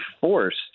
forced